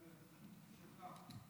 השרה נמצאת.